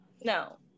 No